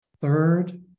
third